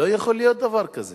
לא יכול להיות דבר כזה.